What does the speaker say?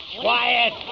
Quiet